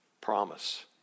promise